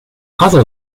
other